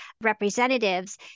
representatives